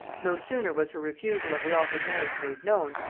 no sooner was her refusal of the offered marriage made known,